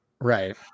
right